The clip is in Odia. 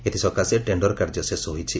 ଏଥି ସକାଶେ ଟେଶ୍ଡର୍ କାର୍ଯ୍ୟ ଶେଷ ହୋଇଛି